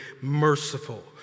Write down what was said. merciful